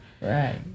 Right